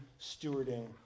stewarding